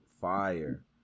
Fire